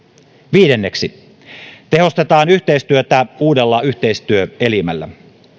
viidenneksi tehostetaan yhteistyötä uudella yhteistyöelimellä